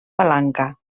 palanca